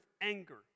anger